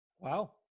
Wow